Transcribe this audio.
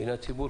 הנה הציבור,